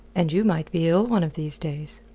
and you might be ill one of these days.